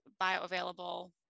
bioavailable